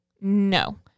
no